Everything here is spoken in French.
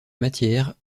matière